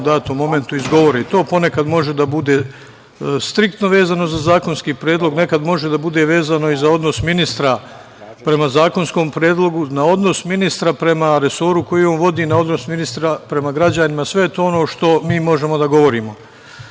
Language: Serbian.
datom momentu izgovori i to ponekad može da bude striktno vezano za zakonski predlog. Nekada može da bude vezano i za odnos ministra prema zakonskom predlogu, na odnos ministra prema resoru koji on vodi, na odnos ministra prema građanima. Sve je to ono što mi možemo da govorimo. Vrlo